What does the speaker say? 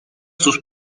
sus